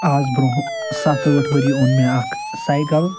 آز برٛونہہ سَتھ ٲٹھ ؤری اوٚن مےٚ اَکھ سایکَل